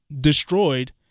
destroyed